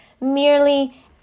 merely